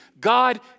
God